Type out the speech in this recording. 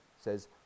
says